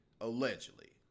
Allegedly